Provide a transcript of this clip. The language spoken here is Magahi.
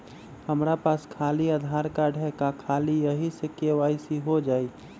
हमरा पास खाली आधार कार्ड है, का ख़ाली यही से के.वाई.सी हो जाइ?